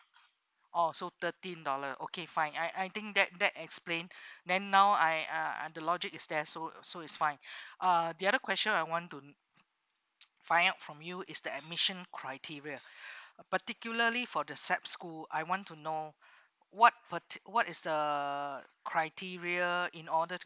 oh so thirteen dollar okay fine I I think that that explain then now I uh the logic is there so so is fine uh the other question I want to find out from you is the admission criteria particularly for the sap school I want to know what parti~ what is the criteria in order to